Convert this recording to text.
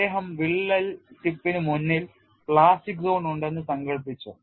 അദ്ദേഹം വിള്ളൽ ടിപ്പിന് മുന്നിൽ പ്ലാസ്റ്റിക് സോൺ ഉണ്ടെന്ന് സങ്കൽപ്പിച്ചു